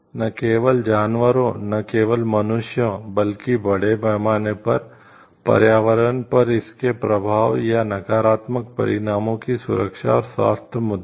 न केवल जानवरों न केवल मनुष्यों बल्कि बड़े पैमाने पर पर्यावरण पर इसके प्रभाव या नकारात्मक परिणामों की सुरक्षा और स्वास्थ्य मुद्दे